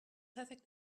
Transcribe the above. perfect